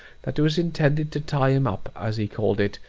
that it was intended to tie him up, as he called it,